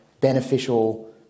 beneficial